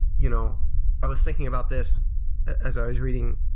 you know i was thinking about this as i was reading